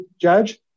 Judge